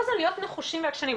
צריך להיות נחושים ועקשנים,